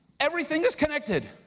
everything is connected.